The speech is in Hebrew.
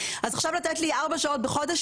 אז עכשיו לתת לי ארבע שעות בחודש?